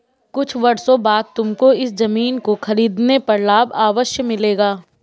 कुछ वर्षों बाद तुमको इस ज़मीन को खरीदने पर लाभ अवश्य मिलेगा